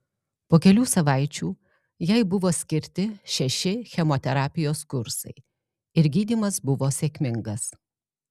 po kelių savaičių jai buvo skirti šeši chemoterapijos kursai ir gydymas buvo sėkmingas